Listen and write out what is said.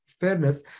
Fairness